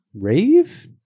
Rave